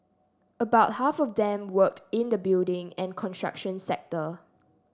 about half of them worked in the building and construction sector